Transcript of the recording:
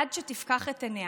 עד שתפקח את עיניה.